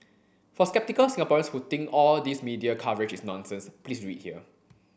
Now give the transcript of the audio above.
for sceptical Singaporeans who think all these media coverage is nonsense please read here